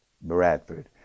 Bradford